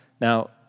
Now